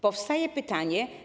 Powstają pytania.